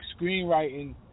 screenwriting